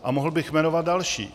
A mohl bych jmenovat další.